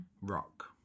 Rock